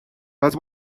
but